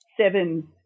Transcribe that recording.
seven